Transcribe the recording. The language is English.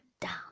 down